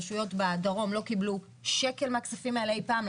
רשויות בדרום לא קיבלו שקל מהכספים האלה אי פעם.